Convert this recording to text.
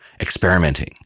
experimenting